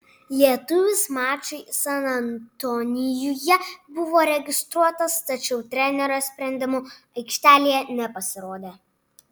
lietuvis mačui san antonijuje buvo registruotas tačiau trenerio sprendimu aikštelėje nepasirodė